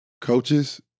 coaches